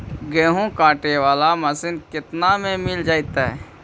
गेहूं काटे बाला मशीन केतना में मिल जइतै?